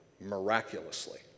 miraculously